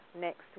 next